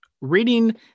reading